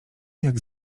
jak